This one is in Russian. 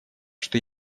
что